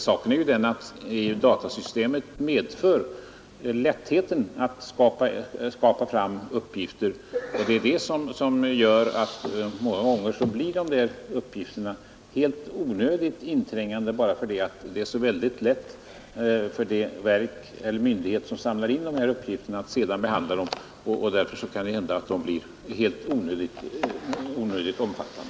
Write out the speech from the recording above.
Saken är ju den att datasystemet gör det väldigt lätt för en myndighet både att skaffa fram uppgifter och att sedan behandla dem, och just av det skälet blir de många gånger alldeles onödigt inträngande och omfattande.